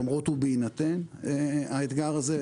למרות ובהינתן האתגר הזה,